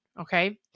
Okay